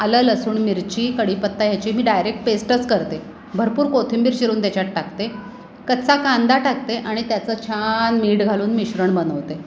आलं लसूण मिरची कढीपत्ता याची मी डायरेक्ट पेस्टच करते भरपूर कोथिंबीर चिरून त्याच्यात टाकते कच्चा कांदा टाकते आणि त्याचं छान मीठ घालून मिश्रण बनवते